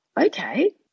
okay